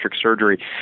surgery